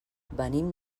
venim